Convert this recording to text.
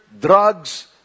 drugs